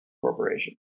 Corporation